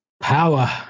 Power